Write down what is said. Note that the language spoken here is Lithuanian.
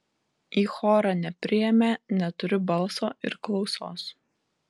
į chorą nepriėmė neturiu balso ir klausos